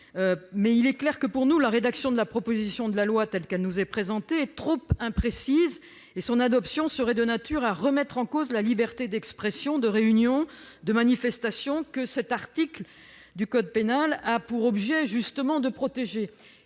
ou de la compléter. La rédaction de la proposition de loi telle qu'elle nous est présentée est trop imprécise, et son adoption serait de nature à remettre en cause la liberté d'expression, de réunion, de manifestation que l'article 431-1 du code pénal a justement pour objet de protéger.